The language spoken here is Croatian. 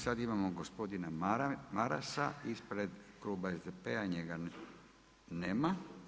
Sada imamo gospodina Marasa ispred kluba SDP-a, njega nema.